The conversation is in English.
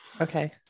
Okay